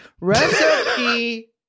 Recipe